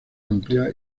amplia